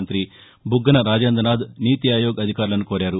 మంత్రి బుగ్గన రాజేందనాథ్ నీతిఆయోగ్ అధికారులను కోరారు